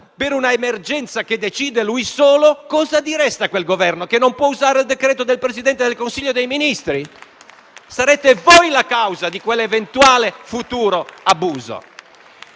per un'emergenza che decide lui solo? Direste che quel Governo non può usare il decreto del Presidente del Consiglio dei ministri? Sarete voi la causa di quell'eventuale e futuro abuso.